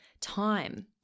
time